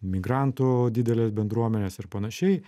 migrantų didelės bendruomenės ir panašiai